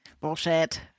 Bullshit